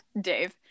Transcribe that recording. Dave